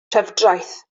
trefdraeth